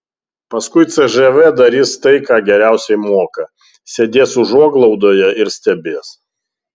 paskui cžv darys tai ką geriausiai moka sėdės užuoglaudoje ir stebės